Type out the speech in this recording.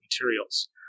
materials